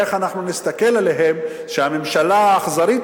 איך אנחנו נסתכל עליהם כשהממשלה האכזרית